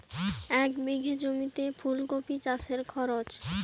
এক বিঘে জমিতে ফুলকপি চাষে খরচ?